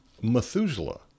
Methuselah